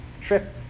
trip